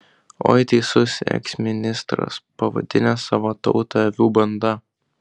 oi teisus eksministras pavadinęs savo tautą avių banda